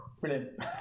Brilliant